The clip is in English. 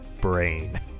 brain